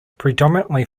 predominantly